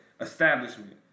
establishment